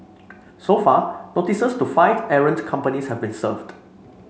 so far notices to five errant companies have been served